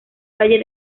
valle